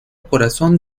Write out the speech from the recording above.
corazón